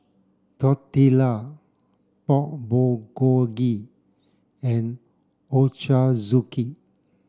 Tortilla Pork Bulgogi and Ochazuke